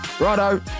Righto